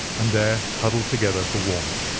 and there huddled together for warmth,